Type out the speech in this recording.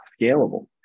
scalable